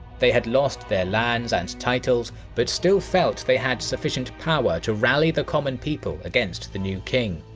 they had lost their lands and titles, but still felt they had sufficient power to rally the common people against the new king.